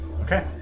Okay